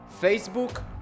Facebook